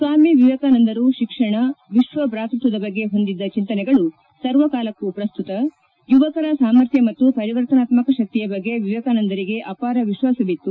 ಸ್ವಾಮಿ ವಿವೇಕಾನಂದರು ಶಿಕ್ಷಣ ವಿಶ್ವ ಭಾತೃತ್ವದ ಬಗ್ಗೆ ಹೊಂದಿದ್ದ ಚಿಂತನೆಗಳು ಸರ್ವಕಾಲಕ್ಕೂ ಪ್ರಸ್ತುತ ಯುವಕರ ಸಾಮರ್ಥ್ಥ ಮತ್ತು ಪರಿವರ್ತನಾತ್ಮಕ ಶಕ್ತಿಯ ಬಗ್ಗೆ ವಿವೇಕಾನಂದರಿಗೆ ಅಪಾರ ವಿಶ್ವಾಸವಿತ್ತು